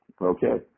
Okay